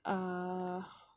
err